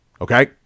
Okay